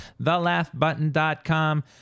thelaughbutton.com